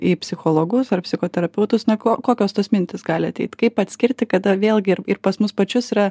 į psichologus ar psichoterapeutus na ko kokios tos mintys gali ateit kaip atskirti kada vėlgi ir ir pas mus pačius yra